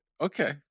Okay